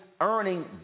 earning